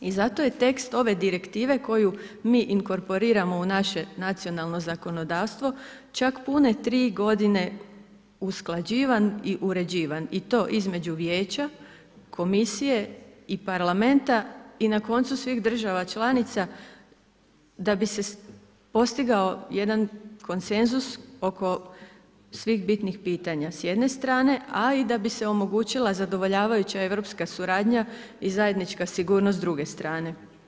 I zato je tekst ove direktive koju mi inkorporiramo u naše nacionalno zakonodavstvo čak pune tri godine usklađivan i uređivan i to između vijeća, komisije i parlamenta i na koncu svih država članica da bi se postigao jedan konsenzus oko svih bitnih pitanja s jedne strane, a i da bi se omogućila zadovoljavajuća europska suradnja i zajednička sigurnost s druge strane.